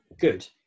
good